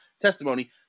testimony